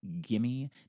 gimme